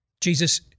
Jesus